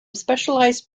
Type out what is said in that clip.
specialized